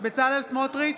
בצלאל סמוטריץ'